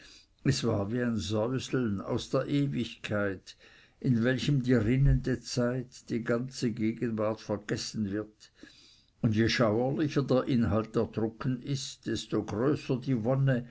es war wie ein säuseln aus der ewigkeit in welchem die rinnende zeit die ganze gegenwart vergessen wird und je schauerlicher der inhalt der drucken ist desto größer die